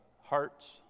hearts